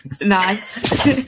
Nice